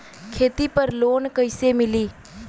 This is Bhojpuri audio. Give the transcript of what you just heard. खेती पर लोन कईसे मिली?